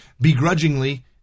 begrudgingly